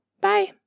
Bye